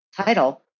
title